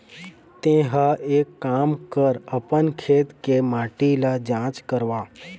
तेंहा एक काम कर अपन खेत के माटी ल जाँच करवा